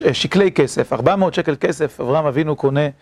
שקלי כסף, 400 שקל כסף, אברהם אבינו קונה.